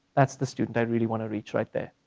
that's the student i really wanna reach right there.